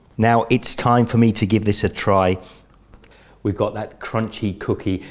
now it's time for me to give this a try we've got that crunchy cookie,